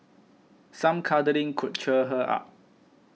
some cuddling could cheer her up